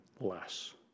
less